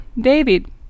David